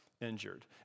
injured